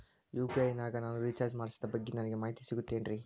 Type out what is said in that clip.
UPI ನಾಗ ನಾನು recharge ಮಾಡಿಸಿದ ಬಗ್ಗೆ ನನಗೆ ಮಾಹಿತಿ ಸಿಗುತೇನ್ರೀ?